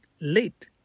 late